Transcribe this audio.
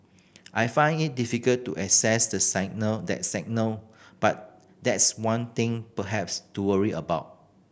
I find it difficult to assess that signal that signal but that's one thing perhaps to worry about